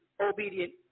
obedient